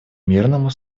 мирному